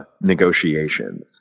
negotiations